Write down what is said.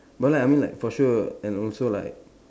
but like I mean like for sure and also like